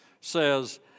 says